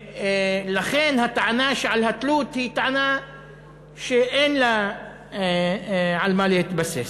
ולכן הטענה על התלות היא טענה שאין לה על מה להתבסס.